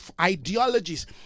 ideologies